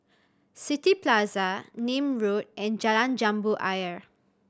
City Plaza Nim Road and Jalan Jambu Ayer